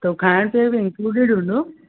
तो खाइण पीअण त इंक्लूडेड हूंदो